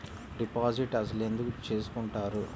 Deposit అసలు ఎందుకు చేసుకుంటారు?